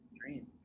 dream